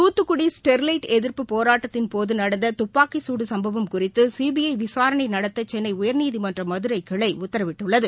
தூத்துக்குடி ஸ்டெர்லைட் எதிர்ப்பு போராட்டத்தின் போதுநடந்ததாப்பக்கிச் சம்பவம் குடு குறித்துசிபிஐவிசாரணைநடத்தசென்னை யர்நீதிமன்றத்தின் மதுரைகிளைஉத்தரவிட்டுள்ளது